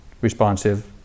responsive